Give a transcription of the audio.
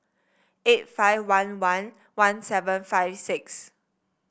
eight five one one one seven five six